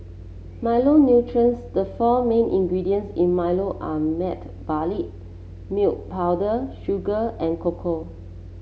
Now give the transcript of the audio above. Milo nutrients the four mean ingredients in Milo are malted barley milk powder sugar and cocoa